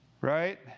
Right